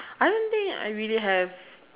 I don't think I really have